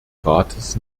rates